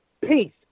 Peace